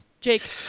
Jake